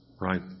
Right